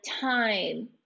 time